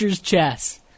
chess